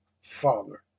father